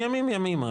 מימים ימימה,